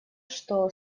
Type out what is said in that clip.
что